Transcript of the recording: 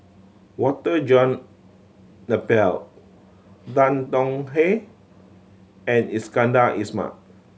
Walter John Napier Tan Tong Hye and Iskandar Ismail